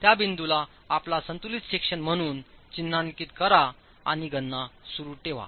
त्या बिंदूला आपला संतुलित सेक्शन म्हणून चिन्हांकित करा आणि गणना सुरू ठेवा